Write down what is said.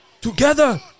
Together